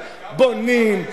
בונים,